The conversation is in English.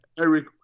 Eric